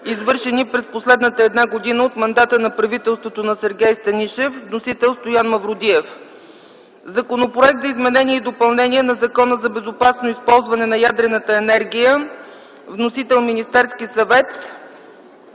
извършени през последната една година от мандата на правителството на Сергей Станишев. Вносител е Стоян Мавродиев. Законопроект за изменение и допълнение на Закона за безопасно използване на ядрената енергия. Вносител е Министерският съвет.